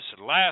last